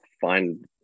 find